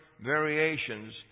variations